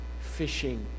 fishing